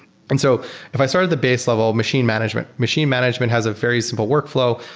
and so if i start at the base level, machine management. machine management has a very simple workflow.